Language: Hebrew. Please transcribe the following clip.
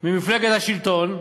ממפלגת השלטון ואמרו: